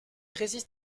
résiste